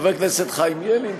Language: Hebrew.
חבר הכנסת חיים ילין,